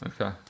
okay